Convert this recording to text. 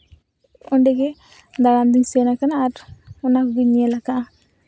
ᱚᱸᱰᱮᱜᱮ ᱫᱟᱬᱟᱱ ᱫᱚᱧ ᱥᱮᱱ ᱠᱟᱱᱟ ᱟᱨ ᱚᱱᱟ ᱠᱚᱜᱤᱧ ᱧᱮᱞ ᱟᱠᱟᱫᱼᱟ